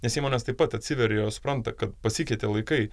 nes įmonės taip pat atsiveria jos supranta kad pasikeitė laikai